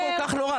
אם זה כל כך נורא,